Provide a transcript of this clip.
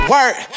Word